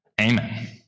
Amen